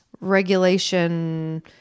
regulation